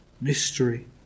Mystery